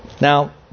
Now